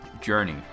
journey